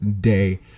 day